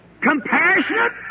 compassionate